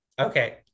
Okay